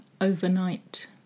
Overnight